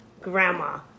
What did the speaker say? Grandma